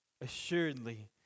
assuredly